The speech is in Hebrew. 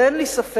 ואין לי ספק,